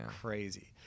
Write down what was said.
crazy